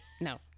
no